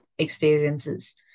experiences